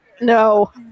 No